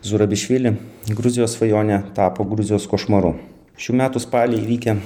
zurabišvili gruzijos svajonė tapo gruzijos košmaru šių metų spalį įvykę